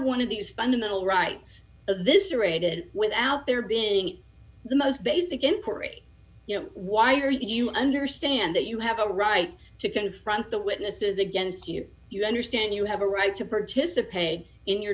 one of these fundamental rights of this aerated without there being the most basic inquiry you know why are you do you understand that you have a right to confront the witnesses against you you understand you have a right to participate in your